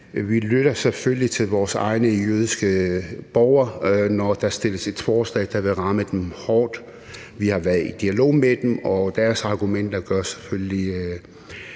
Vi lytter selvfølgelig til vores egne jødiske borgere, når der fremsættes et forslag, der vil ramme dem hårdt. Vi har været i dialog med dem, og deres argumenter gør selvfølgelig